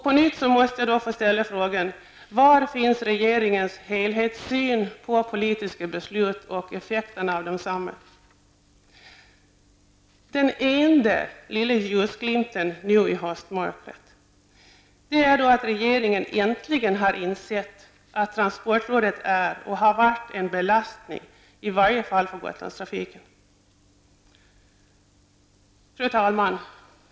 På nytt måste jag ställa frågan: Var finns regeringens helhetssyn på politiska beslut och deras effekter? Den enda ljusglimten nu i höstmörkret är att regeringen äntligen har insett att transportrådet är och har varit en belastning i varje fall för Fru talman!